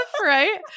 right